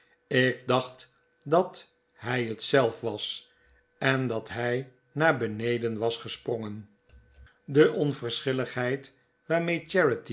ik dacht dat hij het zelf was en dat hij naar beneden was gesprongen de onverschilligheid